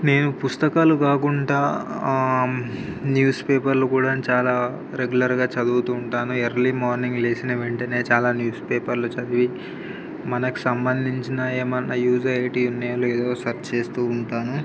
నేను పుస్తకాలు కాకుండా న్యూస్ పేపర్లు కూడా చాలా రెగ్యులర్గా చదువుతూ ఉంటాను ఎర్లీ మార్నింగ్ లేచిన వెంటనే చాలా న్యూస్ పేపర్లు చదివి మనకు సంబంధించిన ఏమైనా యూజ్ అయ్యేవి ఉన్నాయో లేదో సర్చ్ చేస్తూ ఉంటాను